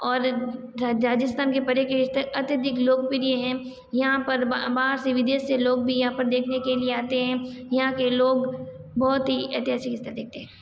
और राजस्थान की पर्यटक अत्यधिक लोकप्रिय हैं यहाँ पर बाहर से विदेश से लोग भी यहाँ पर देखने के लिए आते हैं यहाँ के लोग बहुत ही ऐतिहासिक स्थल देखते हैं